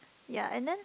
ya and then